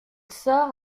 sort